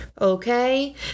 okay